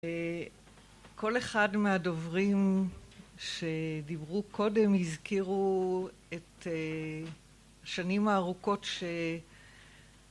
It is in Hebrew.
וכל אחד מהדוברים שדיברו קודם הזכירו את שנים ארוכות ש